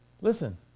Listen